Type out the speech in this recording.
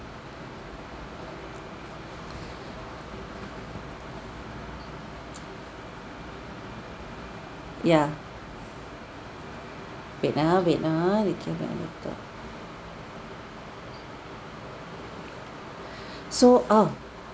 ya wait ah wait ah a little so uh